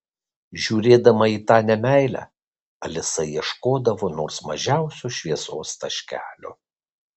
žiūrėdama į tą nemeilę alisa ieškodavo nors mažiausio šviesos taškelio